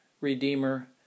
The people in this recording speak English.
Redeemer